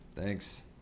Thanks